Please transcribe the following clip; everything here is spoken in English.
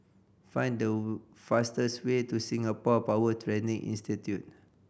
find the fastest way to Singapore Power Training Institute